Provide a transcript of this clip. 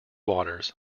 waters